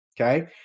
okay